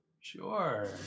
Sure